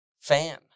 fan